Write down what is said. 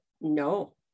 no